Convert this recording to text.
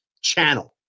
channel